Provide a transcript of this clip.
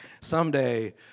someday